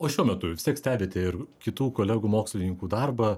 o šiuo metu vis tiek stebite ir kitų kolegų mokslininkų darbą